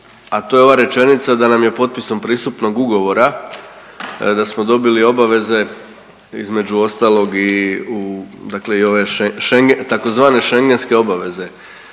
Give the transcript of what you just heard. a to je ova rečenica da nam je potpisom pristupnog ugovora da smo dobili obaveze između ostalog i u, dakle i ove tzv. Schengenske obaveze.